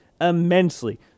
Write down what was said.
immensely